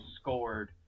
scored